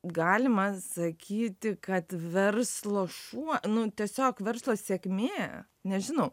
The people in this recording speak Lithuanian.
galima sakyti kad verslo šuo nu tiesiog verslo sėkmė nežinau